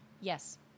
Yes